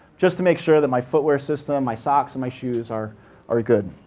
just to make sure that my footwear system, my socks and my shoes, are are good.